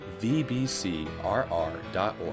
vbcrr.org